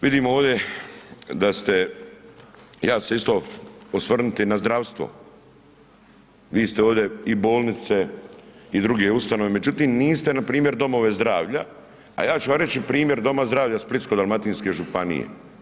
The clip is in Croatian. Vidimo ovdje, da ste ja ću se isto osvrnuti na zdravstvo, vi ste ovdje i bolnice, i druge ustanove, međutim, niste npr. domove zdravlja, a ja ću vam reći doma zdravlja Splitsko dalmatinske županije.